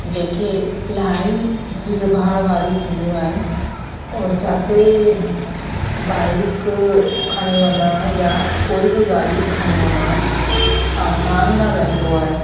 जेके इलाही भीड़ भाड़ वारियूं थींदियूं आहिनि और जिते बाइक खणी वञण यां कोई बि गाॾी खणी वञणु आसान न रहंदो आहे